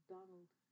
Donald